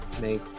Make